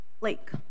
lake